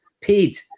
paid